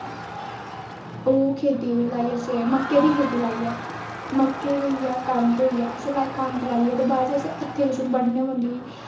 ओह् खेती लाई असें मक्का दी खेती लाई ऐ मक्का गी होई गेआ कनक होई गेआ असें कनक लाई ऐ बाद च असें हत्थ कन्नै बड्ढने पौंदी ही